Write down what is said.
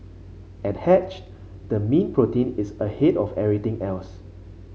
at hatched the mean protein is ahead of everything else